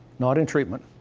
not in treatment.